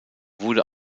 wurde